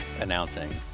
announcing